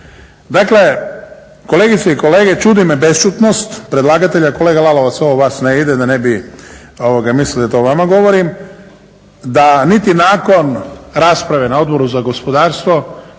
Dakle, kolegice i kolege, čudi me bešćutnost predlagatelja. Kolega Lalovac, ovo vas ne ide da ne bi mislili da to vama govorim, da niti nakon rasprave na Odboru za gospodarstvo